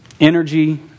energy